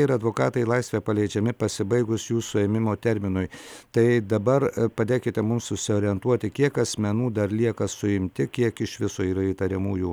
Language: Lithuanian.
ir advokatai į laisvę paleidžiami pasibaigus jų suėmimo terminui tai dabar padėkite mums susiorientuoti kiek asmenų dar lieka suimti kiek iš viso yra įtariamųjų